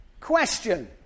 question